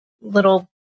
little